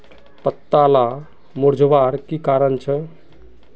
पत्ताला मुरझ्वार की कारण छे?